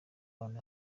bana